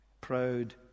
proud